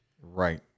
Right